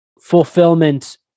fulfillment